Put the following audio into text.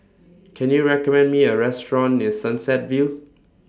Can YOU recommend Me A Restaurant near Sunset View